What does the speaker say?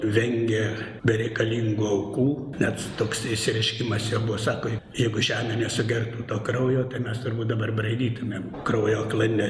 vengė bereikalingų aukų net toks išsireiškimas jo buvo sako jeigu žemė nesugertų to kraujo tai mes turbūt dabar braidytumėm kraujo klane